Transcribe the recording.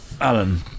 Alan